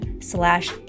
slash